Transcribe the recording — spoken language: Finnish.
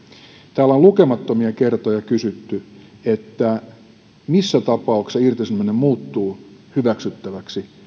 täällä on lukemattomia kertoja kysytty missä tapauksessa irtisanominen muuttuu hyväksyttäväksi